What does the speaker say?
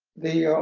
the